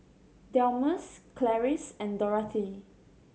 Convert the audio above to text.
Delmus Clarice and Dorathea